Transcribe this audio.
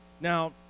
Now